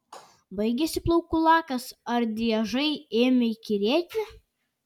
baigėsi plaukų lakas ar driežai ėmė įkyrėti